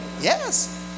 yes